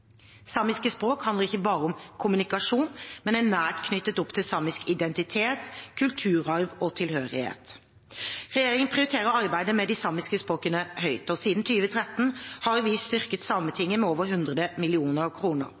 samiske samfunnet. Samiske språk handler ikke bare om kommunikasjon, men er nært knyttet til samisk identitet, kulturarv og tilhørighet. Regjeringen prioriterer arbeidet med de samiske språkene høyt. Siden 2013 har vi styrket Sametinget med over